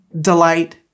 delight